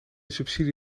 subsidie